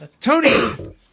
Tony